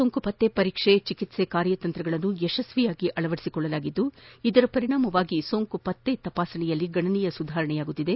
ಸೋಂಕು ಪತ್ತೆ ಪರೀಕ್ಷೆ ಚಿಕಿತ್ಸೆಯ ಕಾರ್ತಂತ್ರಗಳನ್ನು ಯಶಸ್ವಿಯಾಗಿ ಅಳವಡಿಸಿಕೊಂಡಿದ್ಲು ಇದರ ಪರಿಣಾಮ ಸೋಂಕು ಪತ್ತೆ ಪರೀಕ್ಷೆಯಲ್ಲಿ ಗಣನೀಯ ಸುಧಾರಣೆಯಾಗಿದೆ